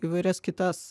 įvairias kitas